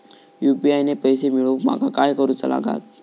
UPI ने पैशे मिळवूक माका काय करूचा लागात?